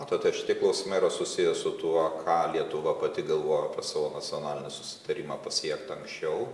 matot šitie klausimai yra susiję su tuo ką lietuva pati galvoja apie savo nacionalinį susitarimą pasiektą anksčiau